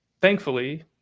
thankfully –